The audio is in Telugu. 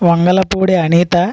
వంగలపూడి అనిత